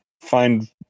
find